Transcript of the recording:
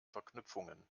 verknüpfungen